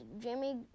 Jimmy